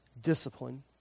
discipline